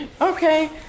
Okay